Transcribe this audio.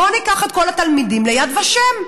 בוא ניקח את כל התלמידים ליד ושם.